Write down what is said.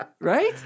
Right